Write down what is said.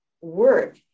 work